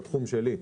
בתחום שלי,